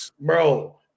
bro